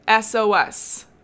SOS